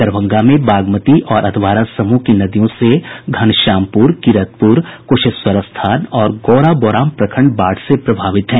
दरभंगा में बागमती और अधवारा समूह की नदियों से घनश्यामपुर किरतपुर कुशेश्वरस्थान और गौराबोराम प्रखंड बाढ़ से प्रभावित हैं